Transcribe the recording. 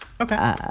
Okay